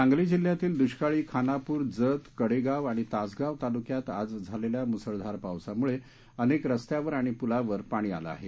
सांगली जिल्ह्यातील दुष्काळी खानापूर जत कडेगाव आणि तासगांव तालुक्यात आज झालेल्या मुसळधार पावसामुळे अनेक रस्त्यावर आणि पुलावर पाणी आलं आहे